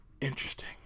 Interesting